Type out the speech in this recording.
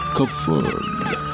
Confirmed